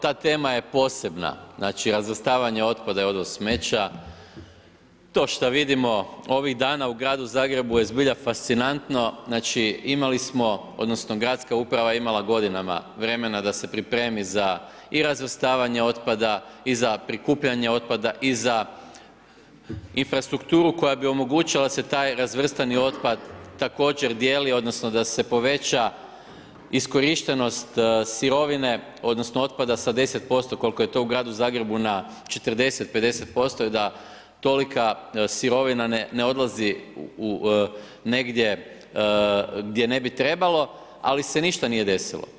Ta tema je posebna, znači razvrstavanje otpada i odvoz smeća, to šta vidimo ovih dana u gradu zagrebu je zbilja fascinantno, znači imali smo, odnosno gradska uprava je imala godinama vremena da se pripremi i za razvrstavanje otpada i za prikupljanje otpada i za infrastrukturu koja bi omogućila da se taj razvrstani otpad također dijeli odnosno da se poveća iskorištenost sirovine odnosno otpada sa 10%, koliko je to u gradu Zagrebu na 40, 50% je da tolika sirovina ne odlazi negdje gdje ne bi trebalo ali se ništa nije desilo.